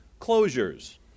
closures